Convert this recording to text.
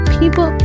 people